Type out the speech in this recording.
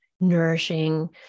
nourishing